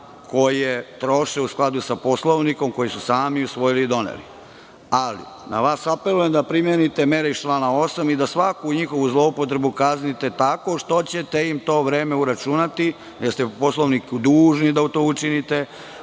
koje troše u skladu sa Poslovnikom, koji su sami usvojili i doneli. Na vas apelujem da primenite mere iz stava 8. i da svaku njihovu zloupotrebu kaznite tako što ćete im to vreme uračunati jer ste po Poslovniku dužni da to učinite,